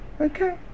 okay